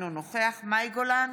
אינו נוכח מאי גולן,